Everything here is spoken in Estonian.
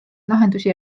lahendusi